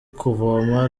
kuvoma